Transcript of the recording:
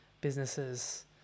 businesses